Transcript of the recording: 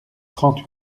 trente